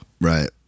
right